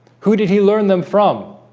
who did he learn them from